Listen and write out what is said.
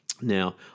Now